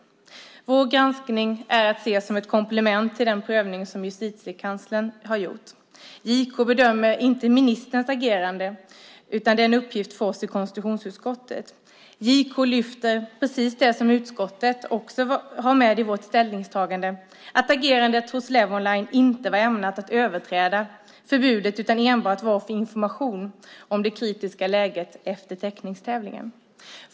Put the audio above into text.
Vår granskning är att ses som ett komplement till den prövning som Justitiekanslern har gjort. JK bedömer inte ministerns agerande, utan det är en uppgift för oss i konstitutionsutskottet. JK lyfter fram precis det som vi i utskottet också har med i vårt ställningstagande, att agerandet hos Levonline inte varit ämnat att överträda förbudet utan enbart varit för information om det kritiska läget efter teckningstävlingen.